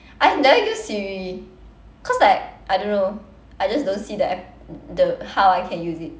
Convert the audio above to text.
I've never used siri cause like I don't know I just don't see the app~ the how I can use it